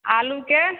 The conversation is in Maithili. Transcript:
आलूके